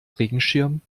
regenschirm